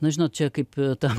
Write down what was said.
na žinot čia kaip ta